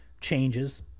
changes